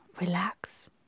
relax